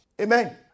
Amen